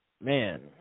man –